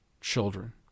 children